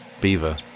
Beaver